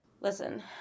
listen